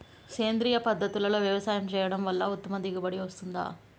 సేంద్రీయ పద్ధతుల్లో వ్యవసాయం చేయడం వల్ల ఉత్తమ దిగుబడి వస్తుందా?